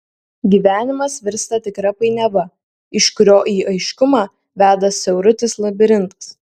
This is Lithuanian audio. gyvenimas virsta tikra painiava iš kurio į aiškumą veda siaurutis labirintas